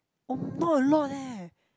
oh not a lot eh